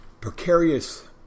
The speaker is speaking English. precarious